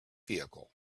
vehicle